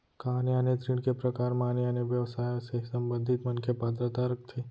का आने आने ऋण के प्रकार म आने आने व्यवसाय से संबंधित मनखे पात्रता रखथे?